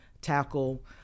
tackle